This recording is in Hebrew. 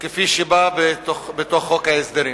כפי שהוא בא בתוך חוק ההסדרים.